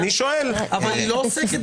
והמיעוט.